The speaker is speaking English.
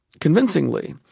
convincingly